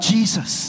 Jesus